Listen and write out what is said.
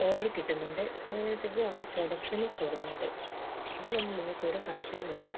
order കിട്ടുന്നുണ്ട് അന്നേരത്തേക്കും പ്രൊഡക്ഷനും കൂടുന്നുണ്ട് അതിലൊന്നും നിങ്ങൾക്ക് ഒരു സംശയവും വേണ്ട